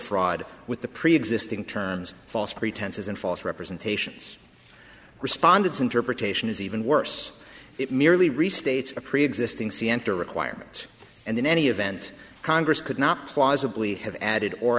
fraud with the preexisting terms false pretenses and false representations respondents interpretation is even worse it merely restates a preexisting see enter requirements and in any event congress could not plausibly have added or